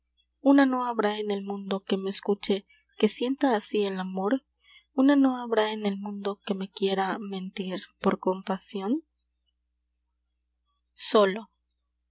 una no habrá en el mundo que me escuche que sienta así el amor una no habrá en el mundo que me quiera mentir por compasion solo